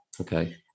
Okay